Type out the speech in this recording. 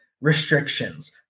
restrictions